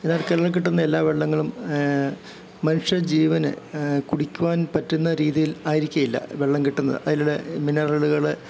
എന്നാൽ കേരളത്തിൽ കിട്ടുന്ന എല്ലാ വെള്ളങ്ങളും മനുഷ്യ ജീവന് കുടിക്കുവാൻ പറ്റുന്ന രീതിയിൽ ആയിരിക്കയില്ല വെള്ളം കിട്ടുന്ന അതിലുള്ള മിനറലുകൾ